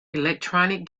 electronic